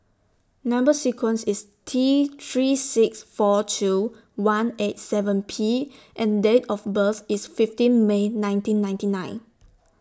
Number sequence IS T three six four two one eight seven P and Date of birth IS fifteen May nineteen ninety nine